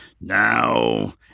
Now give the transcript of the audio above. Now—